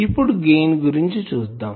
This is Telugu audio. ఇప్పుడు గెయిన్ గురించి చూద్దాం